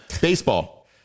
baseball